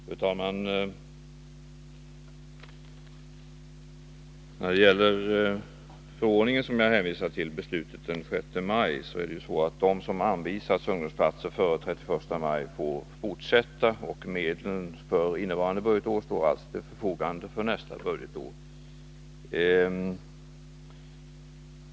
Fru talman! När det gäller den förordning som jag hänvisade till — beslutet den 6 maj — är det ju så att de som anvisas ungdomsplatser före den 31 maj får fortsätta. Medlen för innevarande budgetår står också till förfogande för nästa budgetår.